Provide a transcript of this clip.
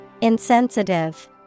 insensitive